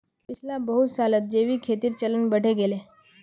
पिछला बहुत सालत जैविक खेतीर चलन बढ़े गेले